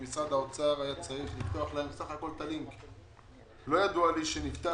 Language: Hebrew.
שמשרד האוצר היה צריך לפתוח להם בסך-הכל --- לא ידוע לי שנפתח,